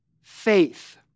faith